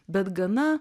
bet gana